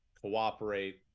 cooperate